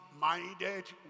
minded